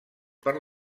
per